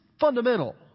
fundamental